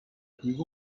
提供